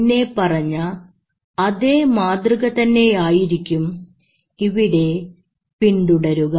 മുന്നേ പറഞ്ഞ അതേ മാതൃക തന്നെയായിരിക്കും ഇവിടെ പിന്തുടരുക